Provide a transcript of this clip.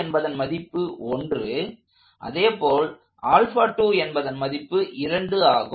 என்பதன் மதிப்பு 1 அதேபோல் என்பதன் மதிப்பு 2 ஆகும்